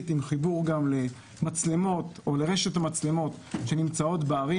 עם חיבור לרשת המצלמות שנמצאות בערים.